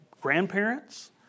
grandparents